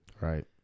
Right